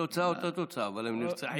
התוצאה אותה תוצאה אבל הם נרצחים.